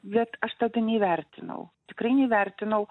bet aš tada neįvertinau tikrai neįvertinau